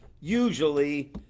usually